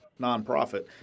nonprofit